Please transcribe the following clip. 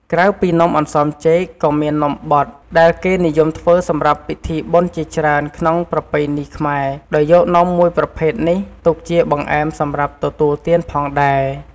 ក្រៅពីនំអន្សមចេក ក៏មាន នំបត់ ដែលគេនិយមធ្វើសម្រាប់ពិធីបុណ្យជាច្រើនក្នុងប្រពៃណីខ្មែរ ដោយយកនំមួយប្រភេទនេះទុកជាបង្អែមសម្រាប់ទទួលទានផងដែរ។